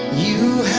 you.